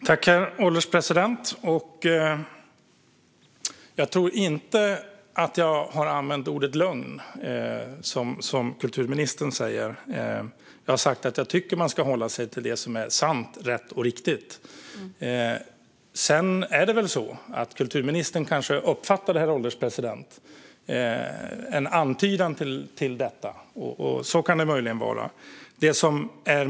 Herr ålderspresident! Jag tror inte att jag har använt ordet lögn, som kulturministern säger. Jag har sagt att jag tycker att man ska hålla sig till det som är sant, rätt och riktigt. Men kanske uppfattade kulturministern en antydan.